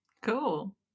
Cool